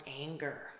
anger